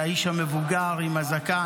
זה האיש המבוגר עם הזקן,